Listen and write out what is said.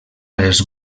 els